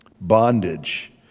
Bondage